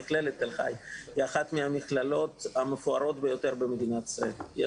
מכללת תל חי היא אחת מהמכללות המפוארות ביותר במדינת ישראל.